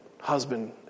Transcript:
husband